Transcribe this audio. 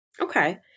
Okay